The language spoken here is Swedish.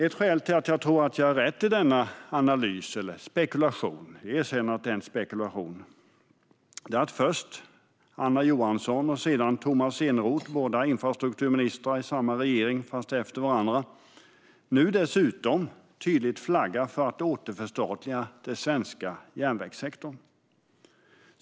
Ett skäl till att jag tror att jag har rätt i denna analys eller spekulation - för jag erkänner att det är en spekulation - är att först Anna Johansson och sedan Tomas Eneroth, båda infrastrukturministrar i samma regering fast efter varandra, nu dessutom tydligt flaggar för att återförstatliga den svenska järnvägssektorn.